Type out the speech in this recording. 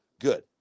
good